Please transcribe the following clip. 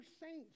saints